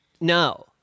No